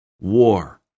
war